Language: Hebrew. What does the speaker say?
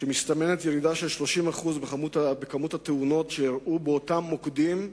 שמסתמנת ירידה של 30% במספר התאונות שאירעו במוקדים אלה,